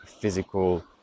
physical